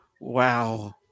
Wow